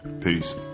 Peace